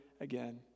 again